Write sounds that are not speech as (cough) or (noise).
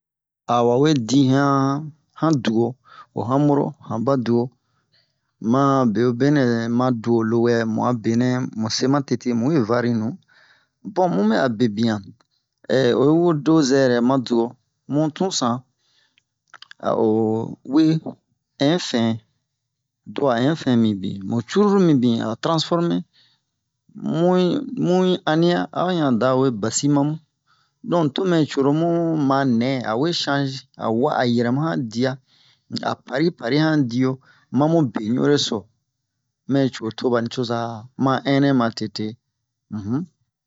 A wawe dihan han duwo ho hanmoro han badu'o ma bewobenɛ ma du'o lowɛ mu'a benɛ mu se ma tete mu we fari nu bon mu bɛ'a bebian (hesitation) oyi wo do zɛrɛ ma du'o mu tun san a'o we infin du'a infin mibin mu cruru mibin a ba tranforme mu'i mu'i ania a'o yan da we basi ma mu don to mɛ coro mu manɛ awe shange a wa'a a yɛrɛma han dia a pari han dia a pari pari han dio ma mu be ɲu ereso mɛ co toba nicoza ma ɛnɛ ma tete (hesitation)